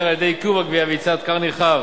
על-ידי עיכוב הגבייה ויצירת כר נרחב